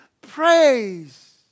praise